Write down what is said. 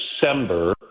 December